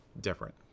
different